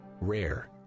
rare